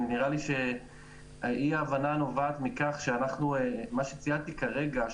נראה לי שאי ההבנה נובעת מכך שמה שציינתי כרגע ,